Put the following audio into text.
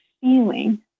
feeling